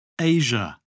Asia